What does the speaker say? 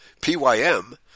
P-Y-M